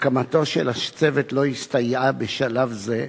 הקמתו של הצוות לא הסתייעה בשלב זה,